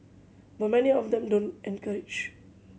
but many of them don't encourage